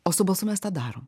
o su balsu mes tą darom